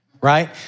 right